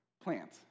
plant